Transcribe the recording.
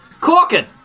Corkin